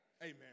Amen